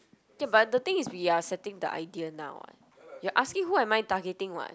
ya but the thing is we are setting the idea now what you're asking who am I targeting [what]